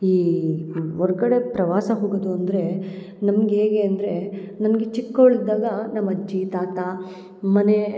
ಈ ಹೊರ್ಗಡೆ ಪ್ರವಾಸ ಹೋಗದು ಅಂದರೆ ನಮ್ಗೆ ಹೇಗೆ ಅಂದರೆ ನನಗೆ ಚಿಕ್ಕೋಳಿದ್ದಾಗ ನಮ್ಮ ಅಜ್ಜಿ ತಾತ ಮನೆ